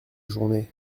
journée